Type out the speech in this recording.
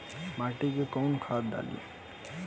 माटी में कोउन खाद डाली?